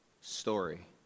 story